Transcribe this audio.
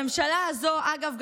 אגב,